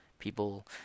People